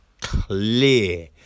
clear